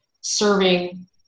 serving